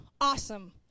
awesome